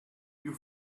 you